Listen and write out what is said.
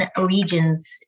regions